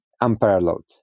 unparalleled